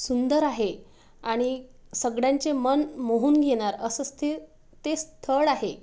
सुंदर आहे आणि सगळ्यांचे मन मोहून घेणारं असं ते स्थळ आहे